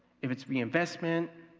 if it's reinvest meant,